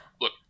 look